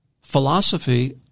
philosophy